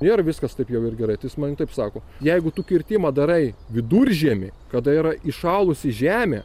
nėr viskas taip jau ir gerai tai jis man ir taip sako jeigu tu kirtimą darai viduržiemį kada yra įšalusi žemė